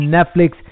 Netflix